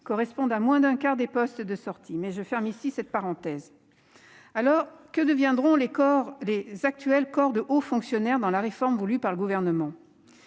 regroupent moins d'un quart des postes de sortie- je ferme ici cette parenthèse. Que deviendront les actuels corps de hauts fonctionnaires dans la réforme voulue par le Gouvernement ?